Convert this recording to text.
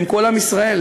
עם כל עם ישראל,